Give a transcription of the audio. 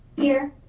here.